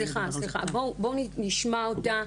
סליחה, סליחה, בואו נשמע אותה.